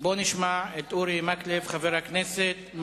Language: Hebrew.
בואו נשמע את חבר הכנסת אורי מקלב,